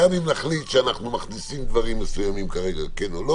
גם אם נחליט שאנחנו מכניסים דברים מסוימים כרגע כן או לא